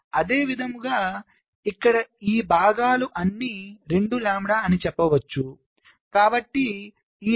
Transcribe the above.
అదేవిధంగా ఇక్కడ ఈ భాగాలు అన్నీ 2 లాంబ్డా అని చెప్పవచ్చు